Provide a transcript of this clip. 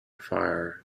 fire